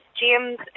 James